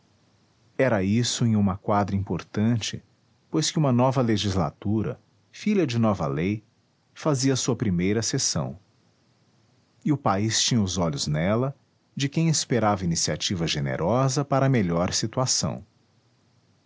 era isso em uma quadra importante pois que uma nova legislatura filha de nova lei fazia sua primeira sessão e o país tinha os olhos nela de quem esperava iniciativa generosa para melhor situação